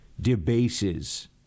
debases